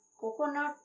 coconut